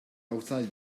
outside